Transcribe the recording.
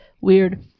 weird